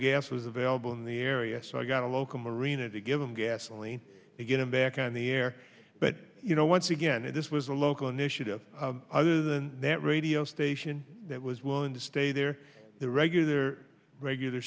gas was available in the area so i got a local marina to give him gasoline to get him back on the air but you know once again if this was a local initiative other than that radio station that was willing to stay there the regular their regular